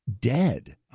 dead